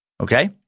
Okay